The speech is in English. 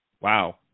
wow